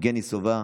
יבגני סובה,